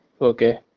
okay